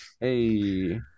Hey